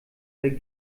der